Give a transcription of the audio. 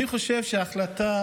אני חושב שההחלטה